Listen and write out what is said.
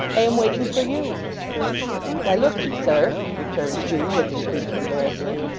i am waiting for you why, look'ee, sir returned hugh with increased embarrassment,